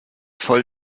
voll